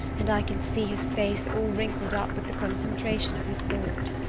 and i can see his face all wrinkled up with the concentration of his thoughts.